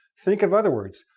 think of other words,